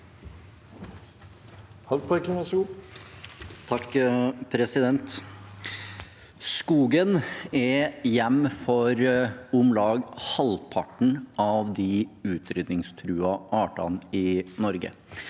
Skogen er hjem- met for om lag halvparten av de utrydningstruede artene i Norge.